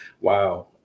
wow